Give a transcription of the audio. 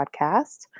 podcast